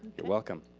you're welcome.